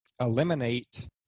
eliminate